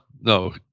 no